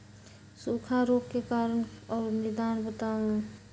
सूखा रोग के कारण और निदान बताऊ?